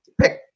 pick